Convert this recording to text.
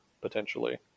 potentially